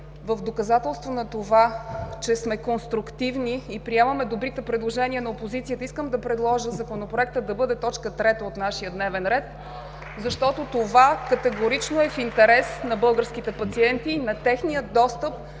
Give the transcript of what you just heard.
в доказателство на това, че сме конструктивни и приемаме добрите предложения на опозицията искам да предложа Законопроектът да бъде точка трета от нашия дневен ред, защото това категорично е в интерес на българските пациенти и на техния достъп